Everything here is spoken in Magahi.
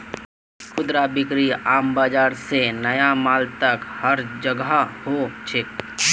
खुदरा बिक्री आम बाजार से ले नया मॉल तक हर जोगह हो छेक